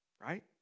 Right